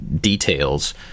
details